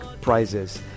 prizes